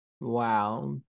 Wow